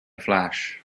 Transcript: flash